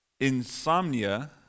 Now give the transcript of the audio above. insomnia